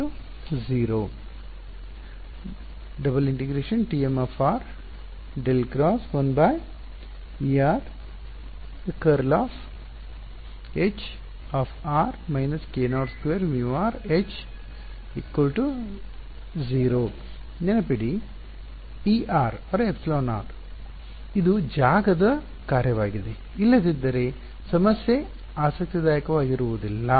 F→ dr→ 0 m H Ω ನೆನಪಿಡಿ εr ಇದು ಜಾಗದ ಕಾರ್ಯವಾಗಿದೆ ಇಲ್ಲದಿದ್ದರೆ ಸಮಸ್ಯೆ ಆಸಕ್ತಿದಾಯಕವಾ ಗಿರುವುದಿಲ್ಲ